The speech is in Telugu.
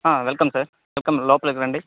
వెల్కమ్ సార్ వెల్కమ్ లోపలికి రండి